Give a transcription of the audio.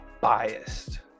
biased